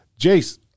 Jace